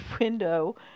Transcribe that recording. window